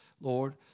Lord